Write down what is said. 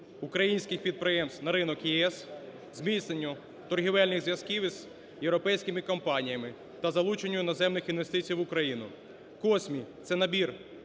українських підприємств на ринок ЄС. Зміцненню торгівельних зв'язків з європейськими компаніями та залученню іноземних інвестицій в Україну. COSME – це набір